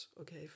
okay